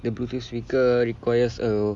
the bluetooth speaker requires a